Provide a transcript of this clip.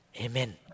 Amen